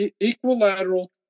equilateral